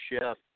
chef